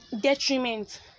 detriment